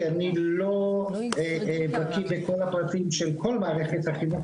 כי אני לא בקיא בכל הפרטים של כל מערכת החינוך,